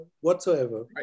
whatsoever